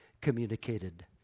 communicated